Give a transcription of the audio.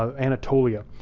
ah anatolia